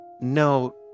No